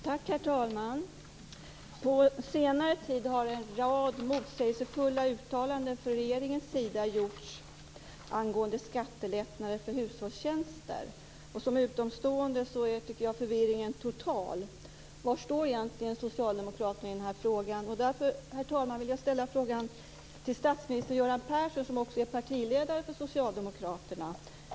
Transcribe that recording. Herr talman! På senare tid har en rad motsägelsefulla uttalanden gjorts från regeringens sida angående skattelättnader för hushållstjänster. Jag tycker, som utomstående, att förvirringen är total. Var står egentligen socialdemokraterna i den här frågan? Jag vill därför, herr talman, ställa frågan till statsminister Göran Persson som också är partiledare för socialdemokraterna.